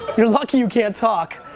you're lucky you can't talk.